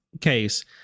case